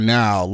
now